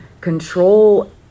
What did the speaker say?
control